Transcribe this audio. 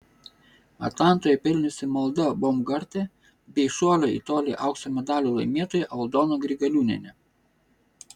atlantoje pelniusi malda baumgartė bei šuolio į tolį aukso medalio laimėtoja aldona grigaliūnienė